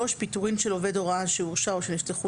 פיטורין של עובד הוראה שהורשע או שנפתחו